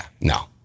no